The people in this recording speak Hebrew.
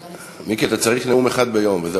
מיקי, אתה צריך נאום אחד ביום וזהו.